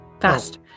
Fast